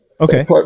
Okay